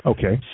Okay